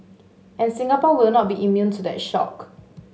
and Singapore will not be immune to that shock